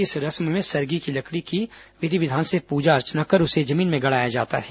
इस रस्म में सरगी की लकड़ी की विधि विधान से पूजा अर्चना कर उसे जमीन में गड़ाया जाता है